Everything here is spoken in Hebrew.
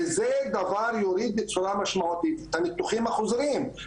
הדבר הזה יוריד בצורה משמעותית את הניתוחים החוזרים.